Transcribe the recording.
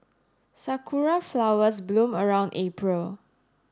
sakura flowers bloom around April